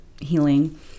healing